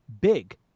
big